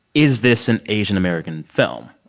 is this an asian-american film?